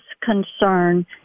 concern